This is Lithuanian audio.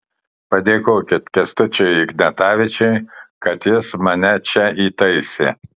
padėkokit kęstučiui ignatavičiui kad jis mane čia įtaisė